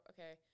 Okay